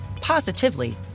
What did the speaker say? positively